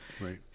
Right